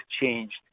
changed